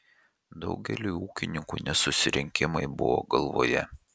daugeliui ūkininkų ne susirinkimai buvo galvoje